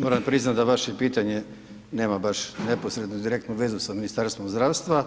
Moram priznati da vaše pitanje nema baš neposrednu direktnu vezu sa Ministarstvom zdravstva,